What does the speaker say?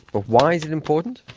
but why is it important?